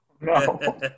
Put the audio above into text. No